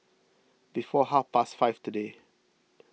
before half past five today